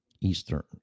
Eastern